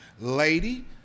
lady